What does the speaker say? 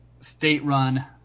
state-run